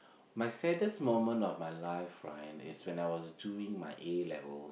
my saddest moment of my life right is when I was doing my A-level